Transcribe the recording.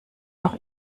noch